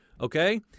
okay